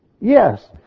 yes